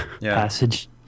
passage